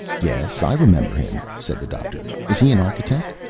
yes, i remember him, said the doctor. is he an architect?